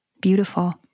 beautiful